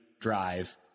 drive